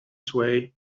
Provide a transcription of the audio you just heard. sway